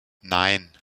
nein